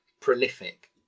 prolific